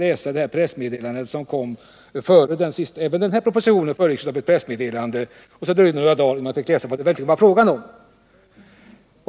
Även den här propositionen föregicks av ett pressmeddelande som skorrar illa i öronen.